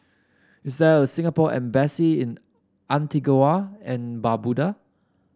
is there a Singapore Embassy in Antigua and Barbuda